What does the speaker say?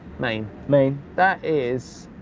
man. man. that is.